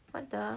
what the